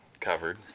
covered